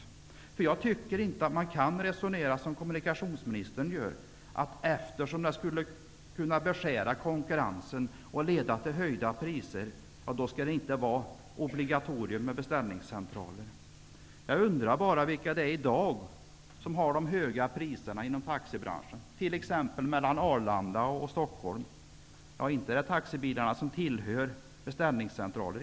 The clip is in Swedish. Jag tycker nämligen att man inte kan resonera som kommunikationsministern gör. Han menar att vi inte skall ha ett obligatorium med beställningscentraler, eftersom det kan leda till beskuren konkurrens och höjda priser. Jag undrar vilka inom taxibranschen som i dag tillämpar de höga priserna mellan exempelvis Arlanda och Stockholm. Inte är det de med taxibilar som tillhör en beställningscentral.